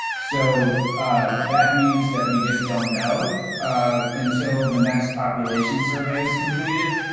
so that means that we just don't know um until the next population survey is completed.